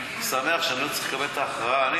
אני שמח שאני לא צריך לקבל את ההכרעה,